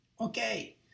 Okay